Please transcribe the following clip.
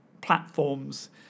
platforms